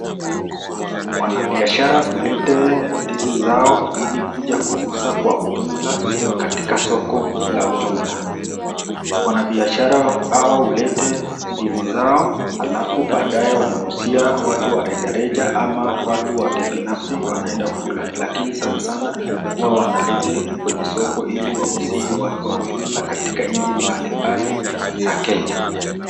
Wanabiashara hulete ndizi zao ili kuja kuuza kwa jumla katika soko la ujumla. Wanabiashara hawa hulete ndizi zao alafu baadaye wanauzia watu wa rejareja ama watu wa kibinafsi wanaenda kula. Lakini sana sana huwa wanalete kwenye soko ili wauzie watu wa ujumla katika nchi mbalimbali za Kenya.